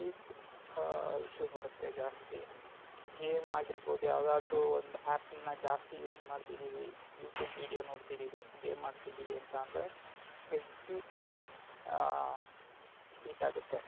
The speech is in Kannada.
ಹೀಟ್ ಇಶ್ಯೂ ಬರುತ್ತೆ ಜಾಸ್ತಿ ಗೇಮ್ ಆಗಿರ್ಬಹುದು ಯಾವುದಾದ್ರೂ ಒಂದು ಆ್ಯಪ್ನ ಜಾಸ್ತಿ ಯೂಸ್ ಮಾಡ್ತಿದ್ದೀವಿ ಯೂಟ್ಯೂಬ್ ವೀಡಿಯೋ ನೋಡ್ತಿದ್ದೀವಿ ಗೇಮ್ ಆಡ್ತಿದ್ದೀವಿ ಅಂತ ಅಂದರೆ ಹೆವ್ವಿ ಹೀಟ್ ಆಗುತ್ತೆ